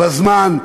בזמן,